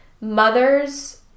mother's